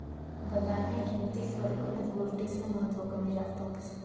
बजारन्या किंमतीस्वर गनच गोष्टीस्नं महत्व कमी जास्त व्हस